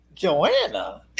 Joanna